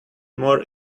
more